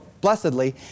blessedly